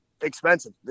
expensive